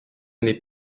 n’est